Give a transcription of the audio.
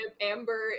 amber